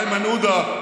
איימן עודה,